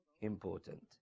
important